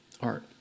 art